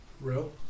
Real